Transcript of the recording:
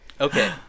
Okay